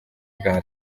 bwa